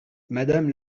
madame